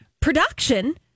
production